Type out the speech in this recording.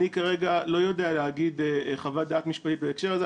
כרגע אני לא יודע להגיד חוות דעת משפטית בהקשר הזה,